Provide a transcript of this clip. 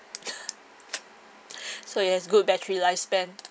so it has good battery lifespan